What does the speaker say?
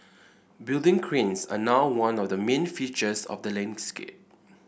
building cranes are now one of the main features of the landscape